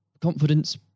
confidence